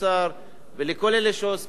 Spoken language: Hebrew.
ולכל אלה שעוסקים במלאכה,